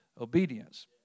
obedience